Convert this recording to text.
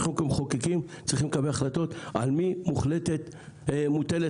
אנחנו כמחוקקים צריכים לקבל החלטות על מי מוטלת האחריות,